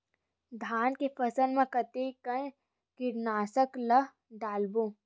धान के फसल मा कतका कन कीटनाशक ला डलबो?